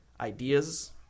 ideas